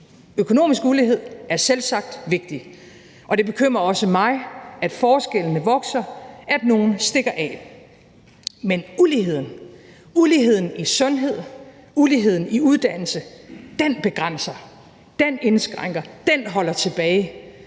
Økonomisk ulighed er selvsagt vigtigt, og det bekymrer også mig, at forskellene vokser, og at nogle stikker af, men uligheden i sundhed, uligheden i uddannelse, den begrænser, den indskrænker, den holder tilbage,